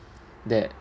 that